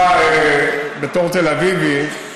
אתה, בתור תל אביבי,